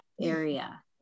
area